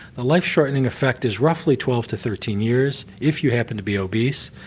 the life-shortening effect is roughly twelve to thirteen years if you happen to be obese,